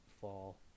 fall